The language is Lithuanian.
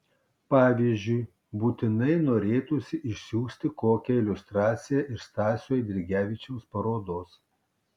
pavyzdžiui būtinai norėtųsi išsiųsti kokią iliustraciją iš stasio eidrigevičiaus parodos